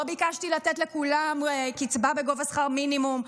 לא ביקשתי לתת לכולם קצבה בגובה שכר מינימום,